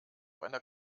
einer